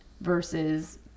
versus